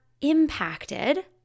impacted